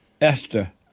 Esther